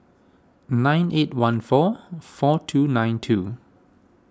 nine eight one four four two nine two